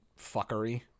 fuckery